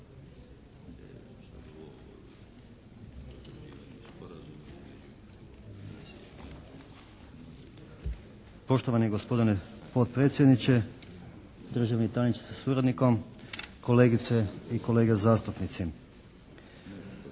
Poštovani gospodine potpredsjedniče, državni tajniče sa suradnikom, kolegice i kolege zastupnici!